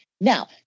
Now